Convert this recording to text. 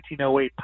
1908